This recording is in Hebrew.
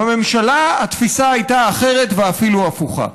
בממשלה התפיסה הייתה אחרת, ואפילו הפוכה.